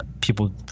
people